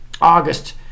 August